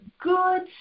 good